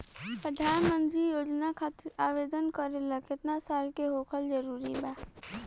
प्रधानमंत्री योजना खातिर आवेदन करे ला केतना साल क होखल जरूरी बा?